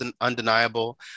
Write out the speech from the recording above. undeniable